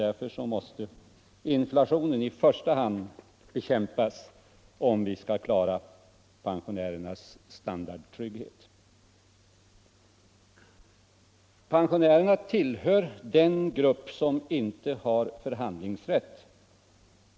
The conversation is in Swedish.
Därför måste inflationen i första hand bekämpas om vi skall klara pensionärernas standardtrygghet. Pensionärerna tillhör den grupp som inte har förhandlingsrätt.